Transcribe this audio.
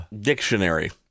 Dictionary